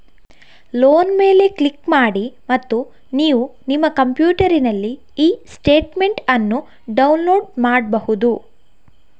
loan ಮೇಲೆ click ಮಾಡಿ ಮತ್ತು ನೀವು ನಿಮ್ಮ ಕಂಪ್ಯೂಟರಿನಲ್ಲಿ ಇ ಸ್ಟೇಟ್ಮೆಂಟ್ ಅನ್ನು ಡೌನ್ಲೋಡ್ ಮಾಡ್ಬಹುದು